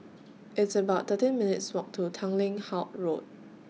It's about thirteen minutes' Walk to Tanglin Halt Road